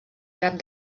drap